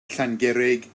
llangurig